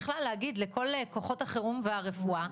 בכלל להגיד לכל כוחות החירום והרפואה,